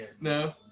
No